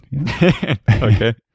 Okay